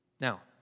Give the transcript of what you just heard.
Now